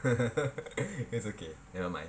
it's okay never mind